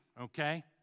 okay